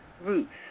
Roots